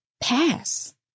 pass